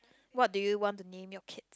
what do you want to name your kid